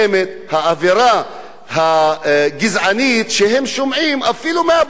האווירה הגזענית שהם שומעים אפילו מהבית הזה.